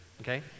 okay